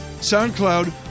SoundCloud